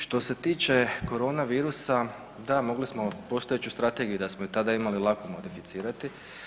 Što se tiče corona virusa, da mogli smo postojeću strategiju, da smo je tada imali lako modificirati.